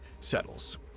settles